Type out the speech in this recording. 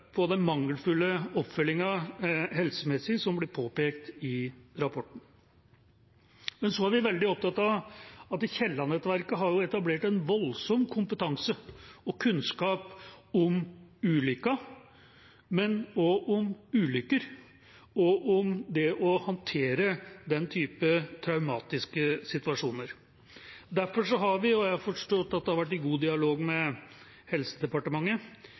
den mangelfulle helsemessige oppfølgingen som ble påpekt i rapporten. Vi er veldig opptatt av at Kielland-nettverket har etablert en voldsom kompetanse og kunnskap om ulykken – og også om ulykker og det å håndtere den typen traumatiske situasjoner. Jeg forstår at det har vært en god dialog med Helsedepartementet